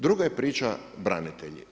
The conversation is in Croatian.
Druga je priča branitelji.